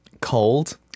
cold